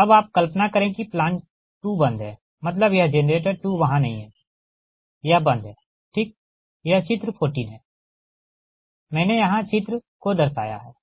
अब आप कल्पना करे कि प्लांट 2 बंद है मतलबयह जेनरेटर 2 वहाँ नही हैयह बंद है ठीक यह चित्र 14 है मैंने यहाँ चित्र को दर्शाया है